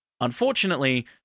Unfortunately